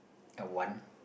uh one